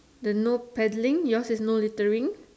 the no paddling yours is no littering